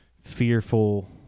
fearful